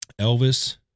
Elvis